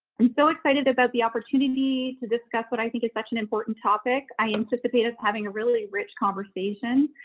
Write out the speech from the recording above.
and so excited about the opportunity to discuss what i think is such an important topic. i anticipate us having a really rich conversation.